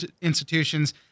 institutions